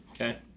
Okay